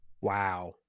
Wow